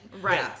Right